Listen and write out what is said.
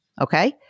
okay